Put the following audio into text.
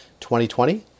2020